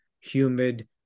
humid